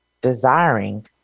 desiring